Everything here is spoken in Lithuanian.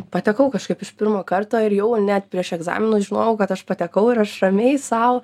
patekau kažkaip iš pirmo karto ir jau net prieš egzaminus žinojau kad aš patekau ir aš ramiai sau